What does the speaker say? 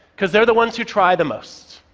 because they're the ones who try the most.